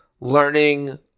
learning